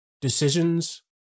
decisions